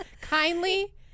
kindly